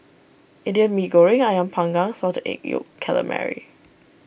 Indian Mee Goreng Ayam Panggang Salted Egg Yolk Calamari